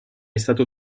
stato